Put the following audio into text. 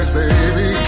baby